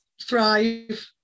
thrive